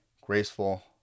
graceful